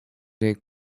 take